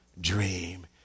dream